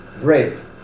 Brave